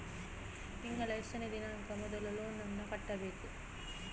ತಿಂಗಳ ಎಷ್ಟನೇ ದಿನಾಂಕ ಮೊದಲು ಲೋನ್ ನನ್ನ ಕಟ್ಟಬೇಕು?